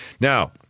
Now